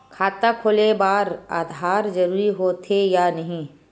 खाता खोले बार आधार जरूरी हो थे या नहीं?